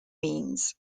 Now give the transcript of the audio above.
means